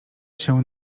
się